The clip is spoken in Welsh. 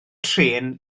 trên